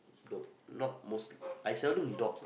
don't not mostly I seldom dogs